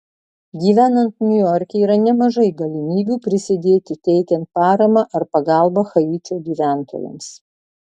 gyvenant niujorke yra nemažai galimybių prisidėti teikiant paramą ar pagalbą haičio gyventojams